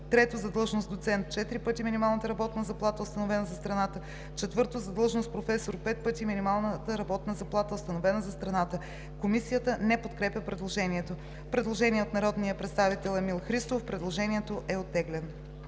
3. за длъжност „доцент“ – четири пъти минималната работна заплата, установена за страната; 4. за длъжност „професор“ – пет пъти минималната работна заплата, установена за страната.“ Комисията не подкрепя предложението. Предложение от народния представител Емил Христов. Предложението е оттеглено.